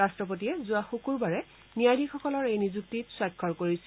ৰাষ্ট্ৰপতিয়ে যোৱা শুকুৰবাৰে ন্যায়াধীশসকলৰ এই নিয়ক্তিত স্বাক্ষৰ কৰিছিল